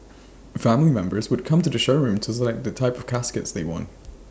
family members would come to the showroom to select the type of caskets they want